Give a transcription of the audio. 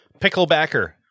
picklebacker